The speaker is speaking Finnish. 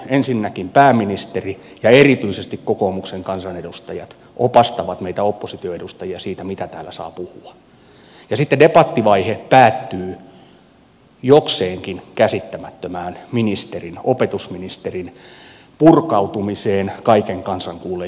ensinnäkin pääministeri ja erityisesti kokoomuksen kansanedustajat opastavat meitä opposition edustajia siitä mitä täällä saa puhua ja sitten debattivaihe päättyy jokseenkin käsittämättömään ministerin opetusministerin purkautumiseen kaiken kansan kuullen julkisessa tilassa